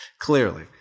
Clearly